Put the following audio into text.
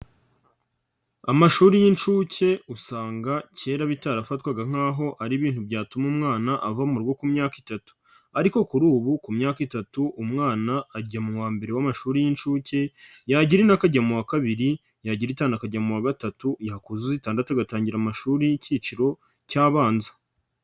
Amashuri y'inshuke usanga kera bitarafatwaga nk'aho ari ibintu byatuma umwana ava mu rugo ku myaka itatu ariko kuri ubu ku myaka itatu umwana ajya mu wa mbere w'amashuri y'inshuke, yagira ine akajya mu wa kabiri, yagira itanu akajya mu wa gatatu, yakuzuza itandatu agatangira amashuri y'ikiciro cy'abanza.